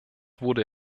wurde